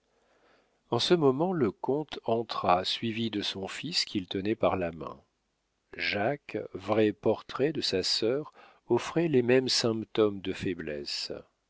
en ce moment le comte entra suivi de son fils qu'il tenait par la main jacques vrai portrait de sa sœur offrait les mêmes symptômes de faiblesse